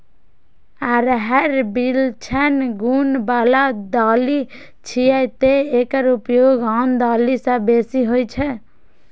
अरहर विलक्षण गुण बला दालि छियै, तें एकर उपयोग आन दालि सं बेसी होइ छै